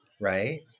Right